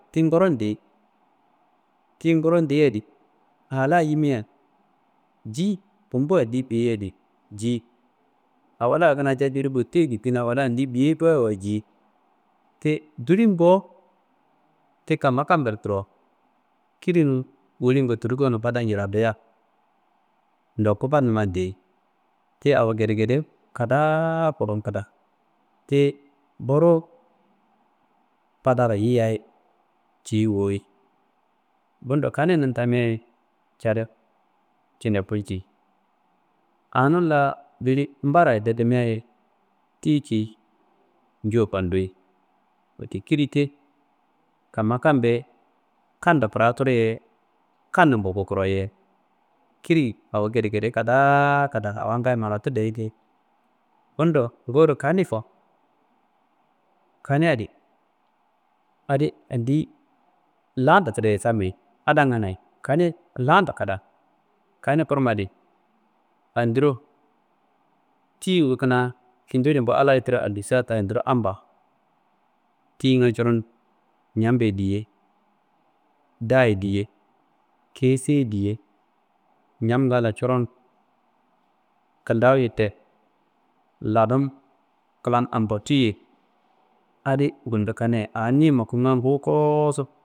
Ti ngoron deyi, ti ngorondeyia adi ala yimia ji gumbu andiyi biyeyiadi ji awola kuna ca jili botiye kuna botiyedi gulkina, awo la kuna andiyi beyeyi ba wa ji, dilin bo, ti kamma kambe ro koro, kirinum wolin ngotturu ngonum fandan yiralliya ndoku fanumman deyi. «unitelligenment» Ti awo gedegede kadaa kurum kida, ti boruwu fadaro yiyiyaye ciyi woyi, Bundo, kaninum tamiaye cadu cinefu ñi, anum la jili mbarayede de meaye ti ceyi, njuwu fandui. Wette Kiri ti kamma kambe ye, kamdo furaturu ye, kanunbo bo ti koro ye. Kiri awo gedegede kadaa kida, awo ngayo manatu dayi bo. Bundo ngoro kani ko, kania adi, adi andiyi lando kidayi, kanni adamnganayi, kani lando kida. Kani kurma adi andiro tiyingun kuna kindilingu, tiro allayi allusa ta adinro ampa wo tiyinga coron ñammbe ye diye, da- ye diye, kesi ye diye, ñamnga lan coron kindawu ye te, ladum klan ampati ye, adi gundo kaniye a niyima konga ngu kosu.